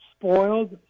spoiled